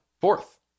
Fourth